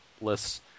lists